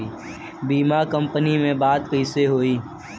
बीमा कंपनी में बात कइसे होई?